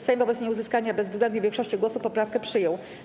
Sejm wobec nieuzyskania bezwzględnej większości głosów poprawkę przyjął.